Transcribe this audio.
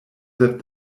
that